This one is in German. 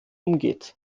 umgeht